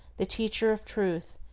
the teacher of truth,